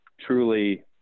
truly